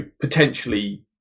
potentially